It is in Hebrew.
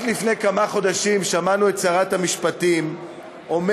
רק לפני כמה חודשים שמענו את שרת המשפטים אומרת